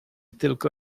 tylko